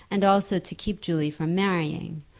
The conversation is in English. and also to keep julie from marrying,